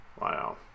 Wow